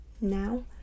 Now